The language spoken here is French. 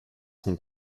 son